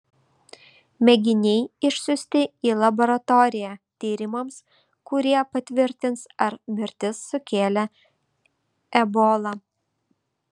mėginiai išsiųsti į laboratoriją tyrimams kurie patvirtins ar mirtis sukėlė ebola